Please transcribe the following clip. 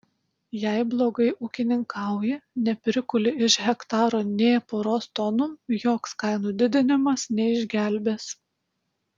jei blogai ūkininkauji neprikuli iš hektaro nė poros tonų joks kainų didinimas neišgelbės